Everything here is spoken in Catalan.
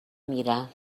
mira